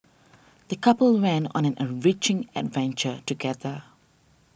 the couple went on an enriching adventure together